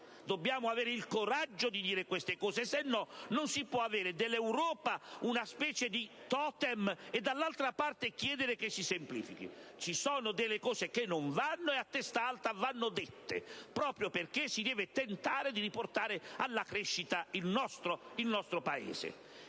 Dobbiamo avere il coraggio di fare queste considerazioni, altrimenti non si può fare dell'Europa una specie di totem e dall'altra parte chiedere che si semplifichi. Ci sono situazioni che non vanno, e a testa alta vanno denunciate, proprio perché si deve tentare di riportare il nostro Paese